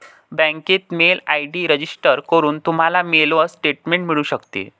बँकेत mail ID register करून, तुम्हाला मेलवर स्टेटमेंट मिळू शकते